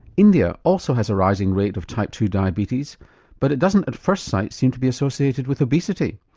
india also has a rising rate of type two diabetes but it doesn't at first sight seem to be associated with obesity.